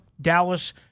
Dallas